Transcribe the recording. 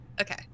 Okay